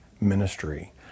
ministry